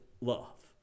love